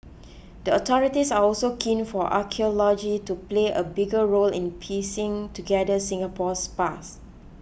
the authorities are also keen for archaeology to play a bigger role in piecing together Singapore's past